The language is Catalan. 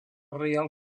reial